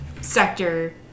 sector